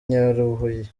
nyarubuye